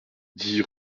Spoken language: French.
dix